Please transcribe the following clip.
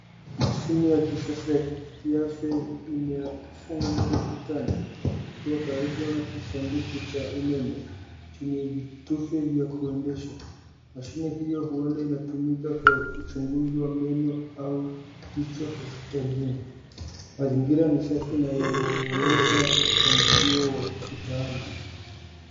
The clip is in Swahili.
Mashine ya kisasa ya kiafya imeyafungua mkutano, ikiwa karibu na kisanduku cha umeme, chenye vitufe vya kuendesha. Mashine hiyo huenda inatumika kwa uchunguzi wa meno au kichwa hospitalini. Mazingira ni safi na yanayo onyesha mpangilio wa kitaalam.